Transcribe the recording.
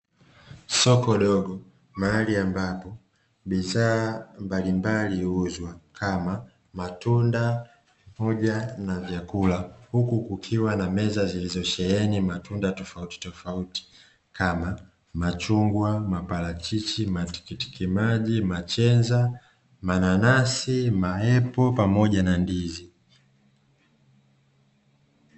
Soko dogo mahali ambapo bidhaa mbalimbali huuzwa kama matunda pamoja na vyakula, huku kukiwa na meza zilizosheheni matunda tofautitofauti kama: machungwa, maparachichi, matikiti maji, machenza, mananasi, maepo, pamoja na ndizi.